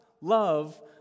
love